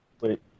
Wait